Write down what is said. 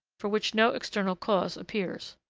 for which no external cause appears.